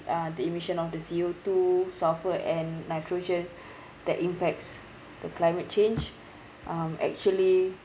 uh the emission of the C_O two sulfur and nitrogen that impacts the climate change um actually